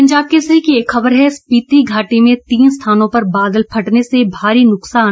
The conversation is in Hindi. पंजाब केसरी की एक खबर है स्पीति घाटी में तीन स्थानों पर बादल फटने से भारी न्रकसान